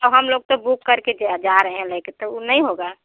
और हम लोग तो बुक करके जा जा रहे हैं ले के तो नहीं होगा